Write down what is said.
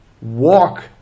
walk